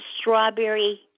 strawberry